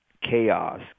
chaos